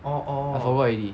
I forgot already